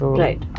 right